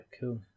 Cool